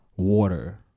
Water